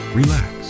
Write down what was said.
relax